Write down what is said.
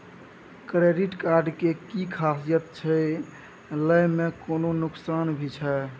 Credit card के कि खासियत छै, लय में कोनो नुकसान भी छै?